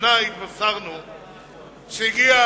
השנה התבשרנו שור"ה,